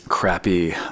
Crappy